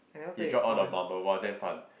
you drop all the marble !wah! damn fun